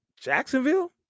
Jacksonville